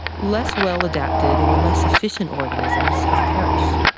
less well-adapted or less efficient organisms have perished.